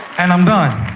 and i'm done.